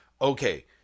okay